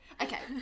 okay